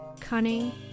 Cunning